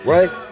Right